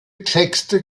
texte